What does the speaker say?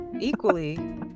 Equally